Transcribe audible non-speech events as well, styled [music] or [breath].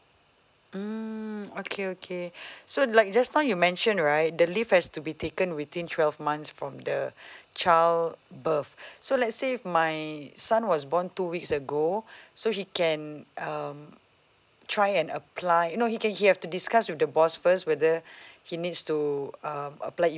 mm okay okay [breath] so like just now you mention right the leave has to be taken within twelve months from the [breath] child birth [breath] so let's say if my son was born two weeks ago [breath] so he can um try and apply you know he can he have to discuss with the boss first whether [breath] he needs to um apply